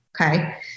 okay